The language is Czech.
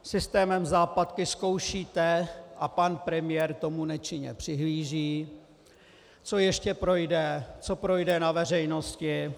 Systémem západky zkoušíte, a pan premiér tomu nečinně přihlíží, co ještě projde, co projde na veřejnosti.